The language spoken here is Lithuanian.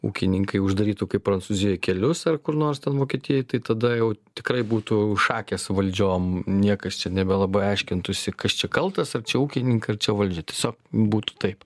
ūkininkai uždarytų kaip prancūzijoj kelius ar kur nors vokietijoj tai tada jau tikrai būtų šakės valdžiom niekas čia nebelabai aiškintųsi kas čia kaltas ar čia ūkininkai ar čia valdžia tiesiog būtų taip